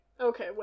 okay